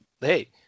Hey